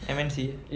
M_N_C